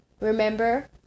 remember